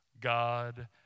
God